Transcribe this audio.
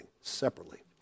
separately